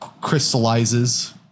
crystallizes